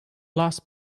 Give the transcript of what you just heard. last